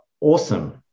awesome